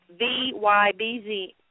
VYBZ